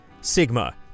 Sigma